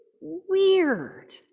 weird